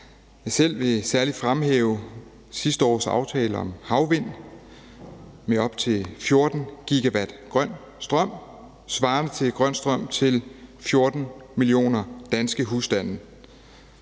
Jeg selv vil særlig fremhæve sidste års aftale om havvind med op til 14 GW grøn strøm svarende til grøn strøm til 14 millioner danske husstande.